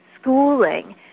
schooling